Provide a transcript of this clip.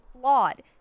flawed